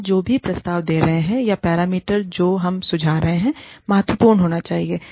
हम जो भी प्रस्ताव दे रहे हैं या पैरामीटर जो हम सुझा रहे हैं महत्वपूर्ण होना चाहिए